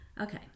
Okay